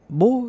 bo